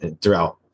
throughout